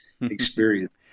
experience